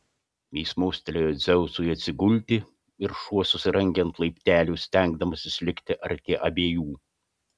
jis mostelėjo dzeusui atsigulti ir šuo susirangė ant laiptelių stengdamasis likti arti abiejų